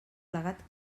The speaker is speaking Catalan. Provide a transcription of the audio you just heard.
plegat